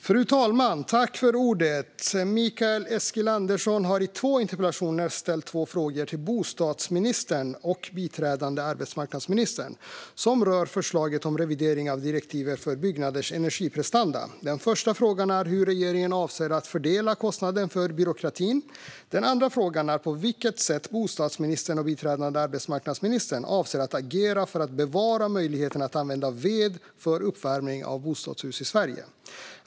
Fru talman! Mikael Eskilandersson har i två interpellationer ställt två frågor till bostadsministern och biträdande arbetsmarknadsministern som rör förslaget om revidering av direktivet för byggnaders energiprestanda. Den första frågan är hur regeringen avser att fördela kostnaden för byråkratin. Den andra frågan är på vilket sätt bostadsministern och biträdande arbetsmarknadsministern avser att agera för att bevara möjligheten att använda ved för uppvärmning av bostadshus i Sverige.